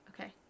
Okay